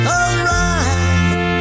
alright